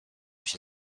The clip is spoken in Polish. się